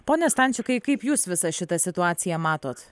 pone stančikai kaip jūs visą šitą situaciją matot